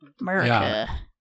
America